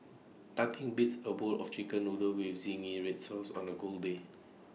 nothing beats A bowl of Chicken Noodles with Zingy Red Sauce on A cold day